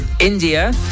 India